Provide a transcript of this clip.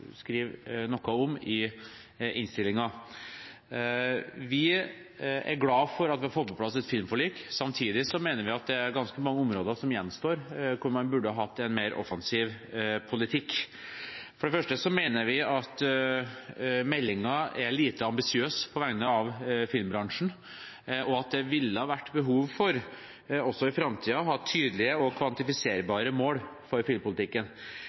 noe om i innstillingen. Vi er glad for at vi har fått på plass et filmforlik. Samtidig mener vi at det er ganske mange områder som gjenstår, hvor man burde hatt en mer offensiv politikk. For det første mener vi at meldingen er lite ambisiøs på vegne av filmbransjen, og at det ville vært behov for også i framtiden å ha tydelige og kvantifiserbare mål for filmpolitikken.